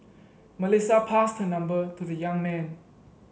Melissa passed her number to the young man